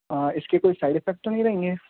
اس کے کوئی side effect تو نہیں رہیں گے